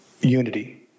Unity